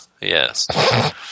yes